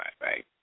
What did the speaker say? Right